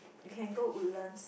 can go Woodlands